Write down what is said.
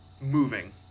moving